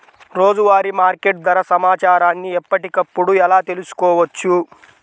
రోజువారీ మార్కెట్ ధర సమాచారాన్ని ఎప్పటికప్పుడు ఎలా తెలుసుకోవచ్చు?